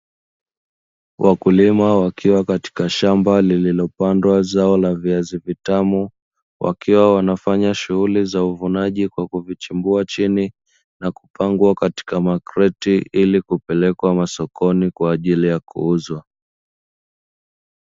Wakulima wakiwa katika shamba lililopandwa zao la viazi vitamu. Wakiwa wanafanya shughuli za uvunaji kwa kuvichambua chini na kupangwa katika macrate ili kupelekwa masokoni kwa ajili ya kuuzwa.